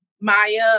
Maya